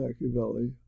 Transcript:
Machiavelli